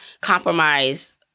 compromise